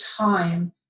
time